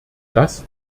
das